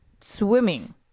swimming